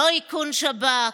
לא איכון שב"כ.